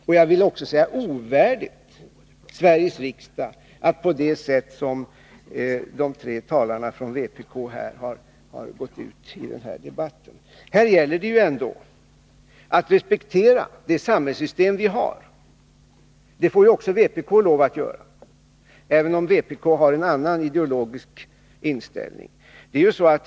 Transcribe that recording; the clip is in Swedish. Och jag vill säga att det är ovärdigt Sveriges riksdag att gå ut i debatten på det sätt som de tre talarna från vpk har gjort här. Det gäller ändå att respektera det samhällssystem som vi har — det får också vpklov att göra, även om vpk har en annan ideologisk inställning än vi andra.